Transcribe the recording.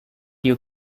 you